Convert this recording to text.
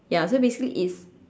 ya so basically it's